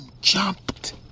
jumped